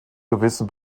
gewissen